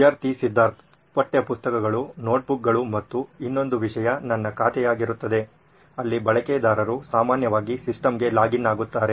ವಿದ್ಯಾರ್ಥಿ ಸಿದ್ಧಾರ್ಥ್ ಪಠ್ಯಪುಸ್ತಕಗಳು ನೋಟ್ಬುಕ್ಗಳು ಮತ್ತು ಇನ್ನೊಂದು ವಿಷಯ ನನ್ನ ಖಾತೆಯಾಗಿರುತ್ತದೆ ಅಲ್ಲಿ ಬಳಕೆದಾರರು ಸಾಮಾನ್ಯವಾಗಿ ಸಿಸ್ಟಮ್ಗೆ ಲಾಗಿನ್ ಆಗುತ್ತಾರೆ